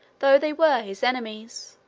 though they were his enemies.